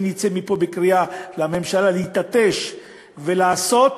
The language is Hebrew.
אם נצא פה בקריאה לממשלה להתעטש ולעשות,